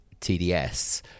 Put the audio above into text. tds